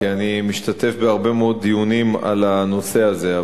כי אני משתתף בהרבה מאוד דיונים בנושא הזה,